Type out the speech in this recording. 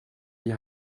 die